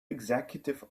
executive